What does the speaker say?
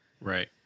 Right